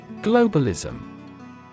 Globalism